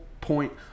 point